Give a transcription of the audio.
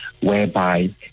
whereby